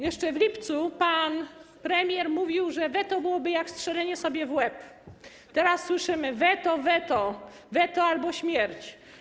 Jeszcze w lipcu pan premier mówił, że weto byłoby jak strzelenie sobie w łeb, teraz słyszymy: weto, weto, weto albo śmierć.